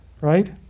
right